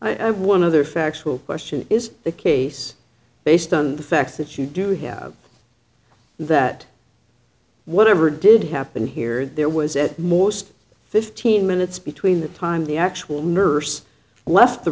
i one of their factual question is the case based on the facts that you do have that whatever did happen here there was it more fifteen minutes between the time the actual nurse left the